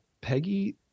Peggy